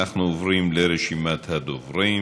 אנחנו עוברים לרשימת הדוברים: